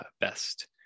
best